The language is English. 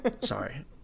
Sorry